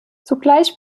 zugleich